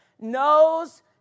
knows